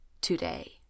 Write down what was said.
today